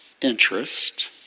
interest